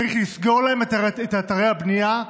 צריך לסגור להם את אתרי הבנייה,